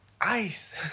Ice